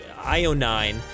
io9